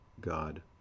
God